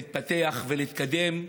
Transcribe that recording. להתפתח ולהתקדם,